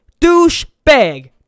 Douchebag